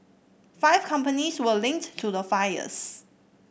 five companies were linked to the fires